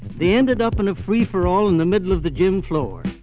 they ended up in a free for all in the middle of the gym floor.